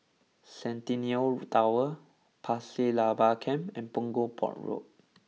Centennial Tower Pasir Laba Camp and Punggol Port Road